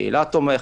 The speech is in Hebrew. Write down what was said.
קהילה תומכת,